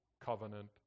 covenant